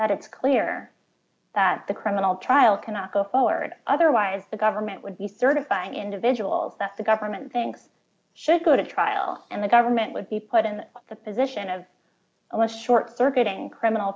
that it's clear that the criminal trial cannot go forward otherwise the government would be certifying individuals that the government thinks should go to trial and the government would be put in the position of a less short circuiting criminal